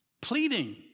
pleading